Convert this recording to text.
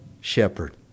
shepherd